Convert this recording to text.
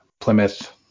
Plymouth